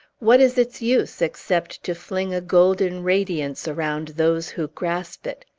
what is its use, except to fling a golden radiance around those who grasp it?